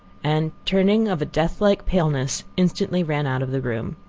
and, turning of a death-like paleness, instantly ran out of the room.